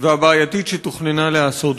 והבעייתית שתוכננה להיעשות בו.